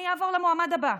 אני אעבור למועמד הבא.